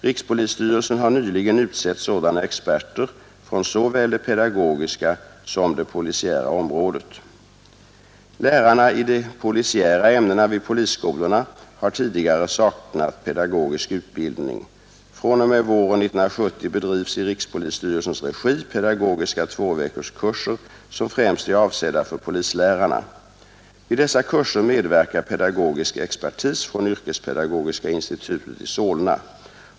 Rikspolisstyrelsen har nyligen utsett sådana experter från såväl det pedagogiska som det polisiära området. Lärarna i de polisiära ämnena vid polisskolorna har tidigare saknat pedagogisk utbildning. fr.o.m. våren 1970 bedrivs i rikspolisstyrelsens regi pedagogiska tvåveckorskurser som främst är avsedda för polislärarna. Vid dessa kurser medverkar pedagogisk expertis från yrkespedagogiska institutet i Solna.